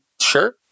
sure